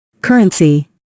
Currency